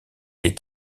est